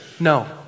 No